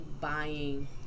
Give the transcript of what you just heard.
buying